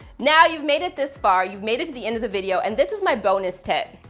now you've made it this far. you've made it to the end of the video, and this is my bonus tip.